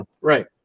right